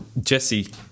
Jesse